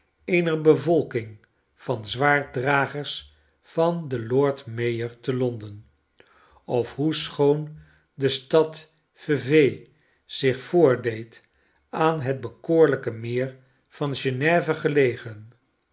eener bevolking van zwaarddragers van den lord mayor te l on den of hoe schoon de stad vevay zich voordeed aan het bekoorlijke meer van geneve gelegen